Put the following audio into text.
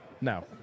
No